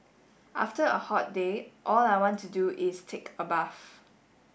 after a hot day all I want to do is take a bath